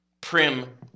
prim